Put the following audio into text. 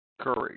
courage